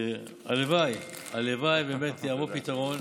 הלוואי, הלוואי באמת שיבוא פתרון,